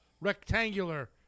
rectangular